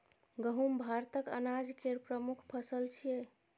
गहूम भारतक अनाज केर प्रमुख फसल छियै